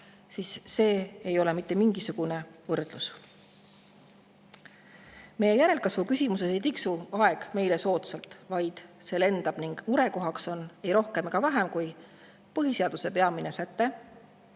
siis see ei ole mitte mingisugune võrdlus. Meie järelkasvu küsimuse puhul ei tiksu aeg meile soodsalt, vaid see lendab. Ning murekohaks on ei rohkem ega vähem kui põhiseaduse peamine säte,